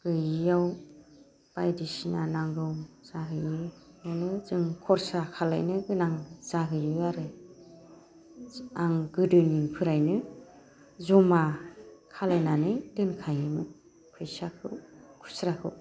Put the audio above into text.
गैयियाव बायदिसिना नांगौ जाहैयो बेखौनो जों खरसा खालामनो गोनां जाहैयो आरो आं गोदोनिफ्रायनो जमा खालामनानै दोनखायोमोन फैसाखौ खुस्राखौ